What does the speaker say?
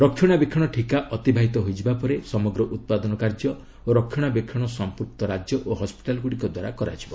ରକ୍ଷାଣାବେକ୍ଷଣ ଠିକା ଅତିବାହିତ ହୋଇଯିବା ପରେ ସମଗ୍ର ଉତ୍ପାଦନ କାର୍ଯ୍ୟ ଓ ରକ୍ଷଣାବେକ୍ଷଣ ସମ୍ପୁକ୍ତ ରାଜ୍ୟ ଓ ହସ୍କିଟାଲ୍ଗୁଡ଼ିକ ଦ୍ୱାରା କରାଯିବ